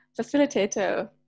facilitator